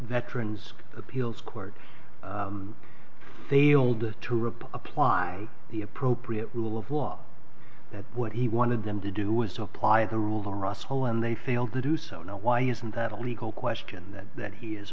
transcript appeals court failed to rip apply the appropriate rule of law that what he wanted them to do was to apply the rule of the russell and they failed to do so now why isn't that a legal question that that he is